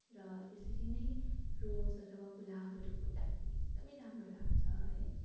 र त्यसरी नै रोस अथवा गुलाबहरू फुल्दाखेरि एकदम राम्रो लाग्छ है